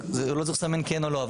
הוא לא צריך לסמן כן או לא.